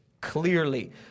clearly